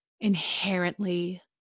inherently